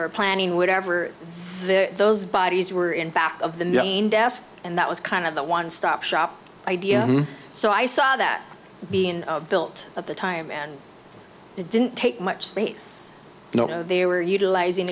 or planning whatever those bodies were in back of the main desk and that was kind of the one stop shop idea so i saw that being built at the time and it didn't take much space you know they were utilizing